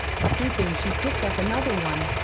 stooping, she picked up another one.